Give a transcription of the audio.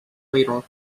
waiter